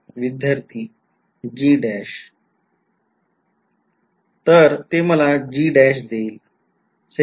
विध्यार्थी G तर ते मला G देईल